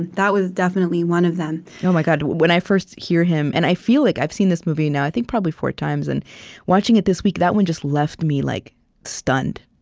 and that was definitely one of them oh, my god. when i first hear him and i feel like i've seen this movie now, i think, probably four times. and watching it this week, that one just left me like stunned.